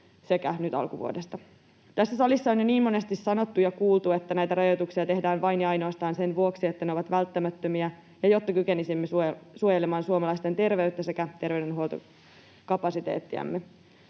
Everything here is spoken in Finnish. sekä nyt alkuvuodesta. Tässä salissa on jo niin monesti sanottu ja kuultu, että näitä rajoituksia tehdään vain ja ainoastaan sen vuoksi, että ne ovat välttämättömiä ja jotta kykenisimme suojelemaan suomalaisten terveyttä sekä terveydenhuoltokapasiteettiamme.